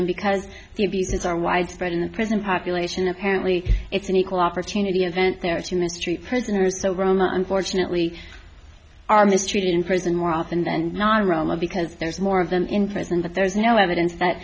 and because the abuses are widespread in the prison population apparently it's an equal opportunity event there to mistreat prisoners so roma unfortunately are mistreated in prison more often than not roma because there's more of them in prison that there's no evidence that